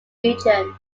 region